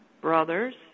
Brothers